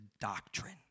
doctrine